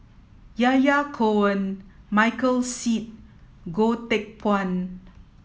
Yahya Cohen Michael Seet Goh Teck Phuan